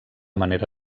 manera